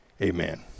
Amen